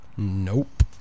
Nope